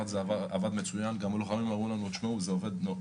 זה עבד מצוין וגם הלוחמים אמרו שזה עובד טוב.